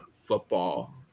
football